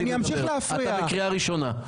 אתה בקריאה ראשונה.